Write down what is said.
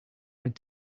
went